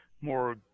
more